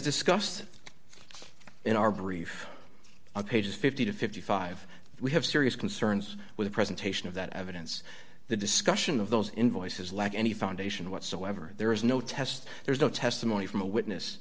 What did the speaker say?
discussed in our brief on pages fifty to fifty five we have serious concerns with the presentation of that evidence the discussion of those invoices lack any foundation whatsoever there is no test there's no testimony from a witness